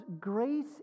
grace